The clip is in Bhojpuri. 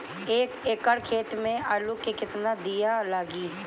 एक एकड़ खेती में आलू के कितनी विया लागी?